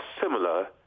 similar